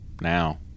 now